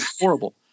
Horrible